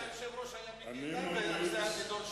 היושב-ראש היה מיקי איתן, והנושא הזה נדון שם.